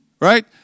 right